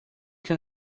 can